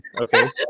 Okay